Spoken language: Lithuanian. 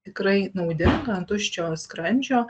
tikrai naudinga ant tuščio skrandžio